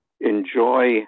enjoy